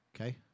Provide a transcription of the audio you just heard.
Okay